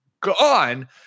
gone